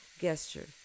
gesture